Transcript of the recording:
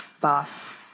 boss